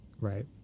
right